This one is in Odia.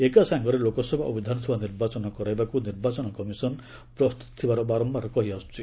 ଏକ ସଙ୍ଗରେ ଲୋକସଭା ଓ ବିଧାନସଭା ନିର୍ବାଚନ କରାଇବାକୁ ନିର୍ବାଚନ କମିଶନ ପ୍ରସ୍ତୁତ ଥିବାର ବାରମ୍ଭାର କହିଆସୁଛି